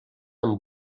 amb